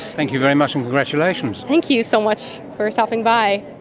thank you very much, and congratulations. thank you so much for stopping by.